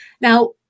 Now